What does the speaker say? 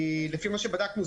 לפי מה שבדקנו,